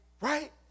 Right